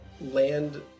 land